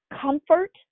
comfort